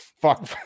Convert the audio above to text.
fuck